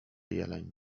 jeleń